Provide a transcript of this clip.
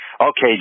Okay